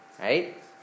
right